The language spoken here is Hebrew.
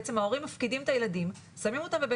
בעצם ההורים מפקידים את הילדים,